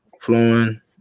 flowing